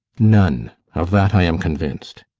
none. of that i am convinced.